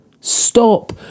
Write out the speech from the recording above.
Stop